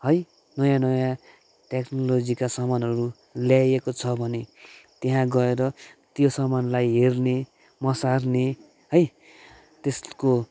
है नयाँ नयाँ टेक्नोलोजीका सामानहरू ल्याइएको छ भने त्यहाँ गएर त्यो सामानलाई हेर्ने मसार्ने है त्यसक